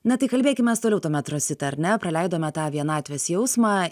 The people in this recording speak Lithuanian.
na tai kalbėkimės toliau tuomet rosita ar ne praleidome tą vienatvės jausmą